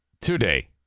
today